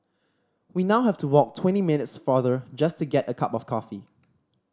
we now have to walk twenty minutes farther just to get a cup of coffee